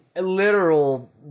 literal